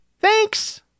Thanks